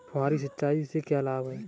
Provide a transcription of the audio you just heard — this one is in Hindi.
फुहारी सिंचाई के क्या लाभ हैं?